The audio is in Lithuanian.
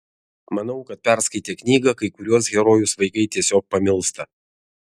manau kad perskaitę knygą kai kuriuos herojus vaikai tiesiog pamilsta